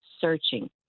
searching